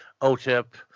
O-Tip